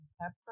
pepper